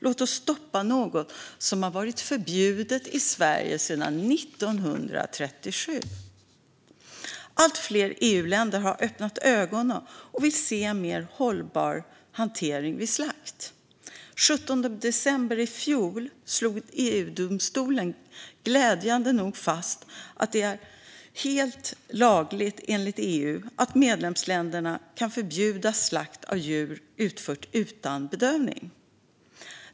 Låt oss stoppa något som har varit förbjudit i Sverige sedan 1937. Allt fler EU-länder har öppnat ögonen, och vi ser en mer hållbar hantering vid slakt. Den 17 december i fjol slog EU-domstolen glädjande nog fast att det enligt EU är helt lagligt för medlemsländerna att förbjuda slakt av djur utförd utan bedövning.